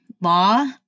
law